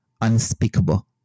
unspeakable